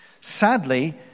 sadly